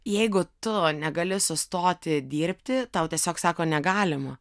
jeigu tu negali sustoti dirbti tau tiesiog sako negalima